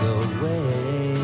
away